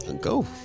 Go